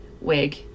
wig